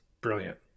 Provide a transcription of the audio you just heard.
brilliant